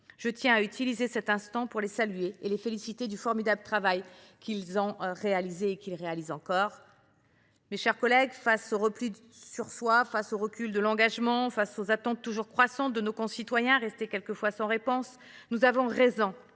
je profite de cet instant pour les saluer et les féliciter du formidable travail qu’elles ont réalisé et qu’elles effectuent encore. Mes chers collègues, face au repli sur soi, face au recul de l’engagement, face aux attentes toujours croissantes de nos concitoyens restées parfois sans réponse, nous avons raison